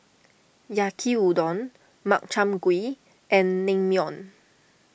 Yaki Udon Makchang Gui and Naengmyeon